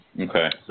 Okay